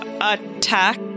attack